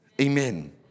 Amen